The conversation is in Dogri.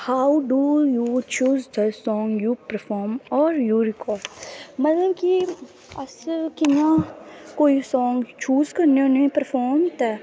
how do you choose the song you perform or record मतलब कि अस कि'यां कोई सांग चूज करने होन्ने परफार्म आस्तै